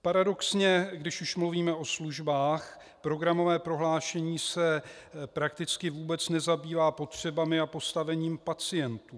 Paradoxně když už mluvíme o službách, programové prohlášení se prakticky vůbec nezabývá potřebami a postavením pacientů.